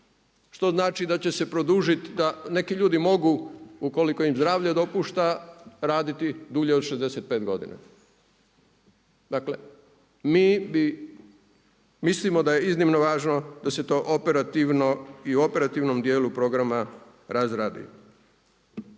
što znači da će se produžiti da neki ljudi mogu, ukoliko ima zdravlje dopušta, raditi dulje od 65 godina. Dakle, mi bi mislimo da je iznimno važno da se to operativno i u operativnom dijelu programa razradi.